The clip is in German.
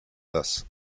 das